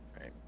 Right